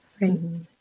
Right